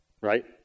Right